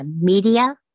media